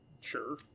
sure